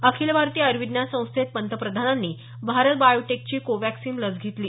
अखिल भारतीय आयुर्विज्ञान संस्थेत पंतप्रधानांनी भारत बायोटेकची कॉवॅक्सिन लस घेतली